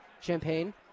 Champagne